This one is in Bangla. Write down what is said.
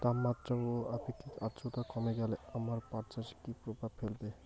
তাপমাত্রা ও আপেক্ষিক আদ্রর্তা কমে গেলে আমার পাট চাষে কী প্রভাব ফেলবে?